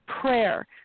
prayer